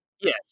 yes